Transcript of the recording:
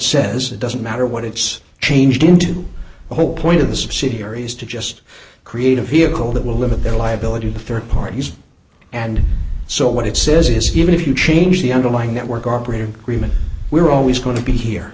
says it doesn't matter what it's changed into the whole point of the subsidiary is to just create a vehicle that will limit their liability to rd parties and so what it says is given if you change the underlying network operator agreement we're always going to be here